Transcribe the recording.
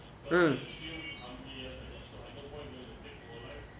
mm